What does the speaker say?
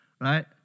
Right